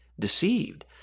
deceived